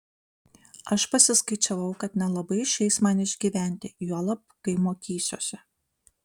aš pasiskaičiavau kad nelabai išeis man išgyventi juolab kai mokysiuosi